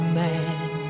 man